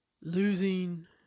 losing